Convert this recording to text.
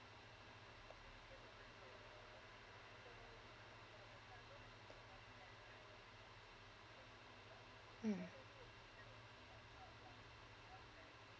mm